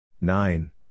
nine